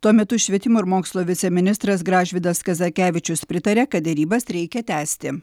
tuo metu švietimo ir mokslo viceministras gražvydas kazakevičius pritarė kad derybas reikia tęsti